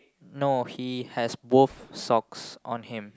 no he has both socks on him